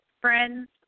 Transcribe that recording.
friends